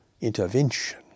intervention